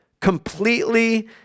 Completely